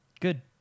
Good